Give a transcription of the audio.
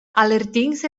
allerdings